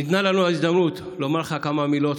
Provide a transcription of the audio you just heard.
ניתנה לנו ההזדמנות לומר לך כמה מילות,